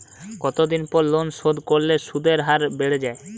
কতদিন পর লোন শোধ করলে সুদের হার বাড়ে য়ায়?